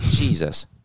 Jesus